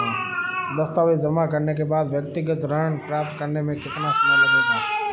दस्तावेज़ जमा करने के बाद व्यक्तिगत ऋण प्राप्त करने में कितना समय लगेगा?